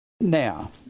Now